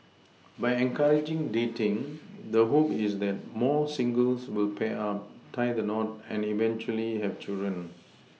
by encouraging dating the hope is that more singles will pair up tie the knot and eventually have children